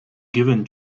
given